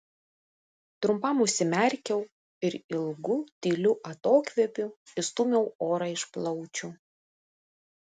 trumpam užsimerkiau ir ilgu tyliu atokvėpiu išstūmiau orą iš plaučių